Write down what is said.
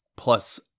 plus